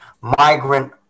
migrant